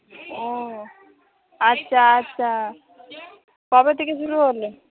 ও আচ্ছা আচ্ছা কবে থেকে শুরু হল